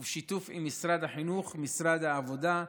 ובשיתוף עם משרד החינוך, משרד העבודה,